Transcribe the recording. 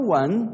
one